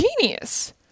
genius